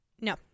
No